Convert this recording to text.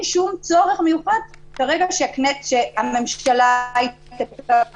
שום צורך מיוחד כרגע שהממשלה --- סמכות,